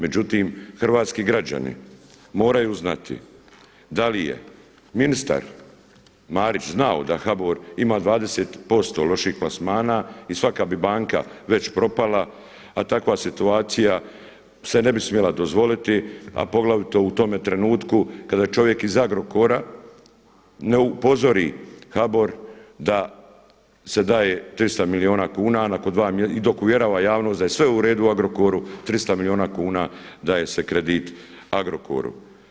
Međutim, hrvatski građani moraju znati da li je ministar Marić znao da HBOR ima 20% loših plasmana i svaka bi banka već propala, a takva situacija se ne bi smjela dozvoliti, a poglavito u tome trenutku kada čovjek iz Agrokora ne upozori HBOR da se daje 300 milijuna kuna i dok uvjerava javnost da je sve u redu Agrokoru 300 milijuna kuna daje je kredit Agrokoru.